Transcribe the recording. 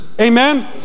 Amen